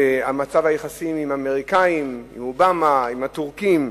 מצב היחסים עם האמריקנים, עם אובמה, עם הטורקים,